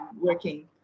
working